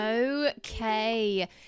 Okay